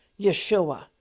Yeshua